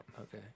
Okay